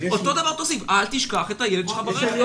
אותו דבר תוסיף: אל תשכח את הילד שלך ברכב.